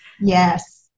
Yes